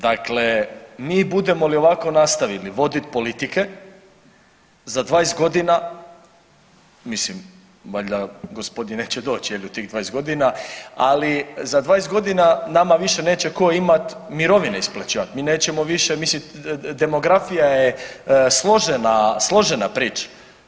Dakle, mi budemo li ovako nastavili voditi politike za 20 godina, mislim valjda gospodi doći je li do tih 20 godina, ali za 20 godina nama više neće tko imati mirovine isplaćivati, mi nećemo više mislim demografija je složena, složena priča.